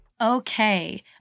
Okay